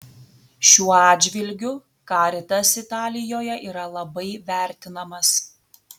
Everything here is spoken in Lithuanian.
šiuo atžvilgiu caritas italijoje yra labai vertinamas